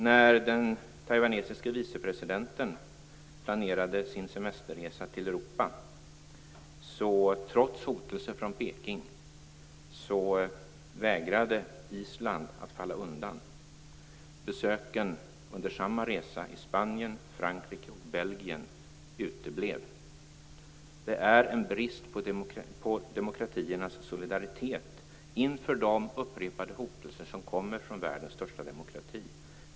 När den taiwanesiske vicepresidenten planerade sin semesterresa till Europa vägrade Island, trots hotelser från Peking, att falla undan. Besöken under samma resa i Spanien, Frankrike och Belgien uteblev. Det är en brist på demokratiernas solidaritet inför de upprepade hotelser som kommer från världens största demokrati.